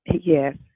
Yes